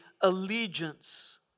allegiance